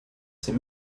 ces